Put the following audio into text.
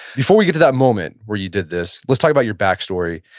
before we get to that moment where you did this, let's talk about your backstory.